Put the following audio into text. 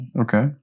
Okay